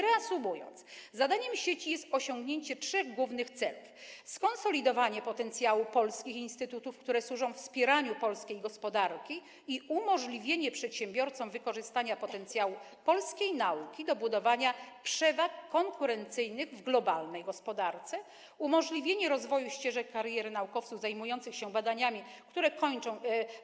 Reasumując, zadaniem sieci jest osiągnięcie trzech głównych celów: skonsolidowanie potencjału polskich instytutów, które służą wspieraniu polskiej gospodarki, i umożliwienie przedsiębiorcom wykorzystania potencjału polskiej nauki do budowania przewag konkurencyjnych w globalnej gospodarce, umożliwienie rozwoju ścieżek kariery naukowców zajmujących się badaniami,